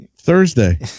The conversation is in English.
Thursday